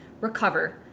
recover